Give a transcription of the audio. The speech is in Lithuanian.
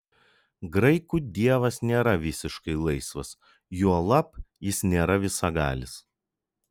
graikų dievas nėra visiškai laisvas juolab jis nėra visagalis